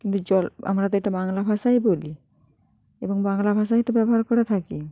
কিন্তু জল আমরা তো এটা বাংলা ভাষায় বলি এবং বাংলা ভাষাই তো ব্যবহার করা থাকি